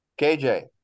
KJ